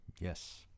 Yes